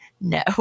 No